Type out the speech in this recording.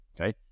Okay